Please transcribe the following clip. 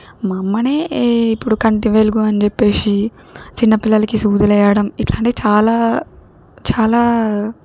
మా అమ్మనే ఏ ఇప్పుడు కంటి వెలుగు అని చెప్పేసి చిన్న పిల్లలకి సూదులు వెయ్యడం ఇట్లాంటివి చాలా చాలా